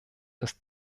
ist